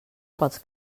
pels